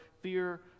fear